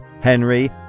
Henry